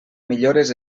millores